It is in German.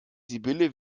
sibylle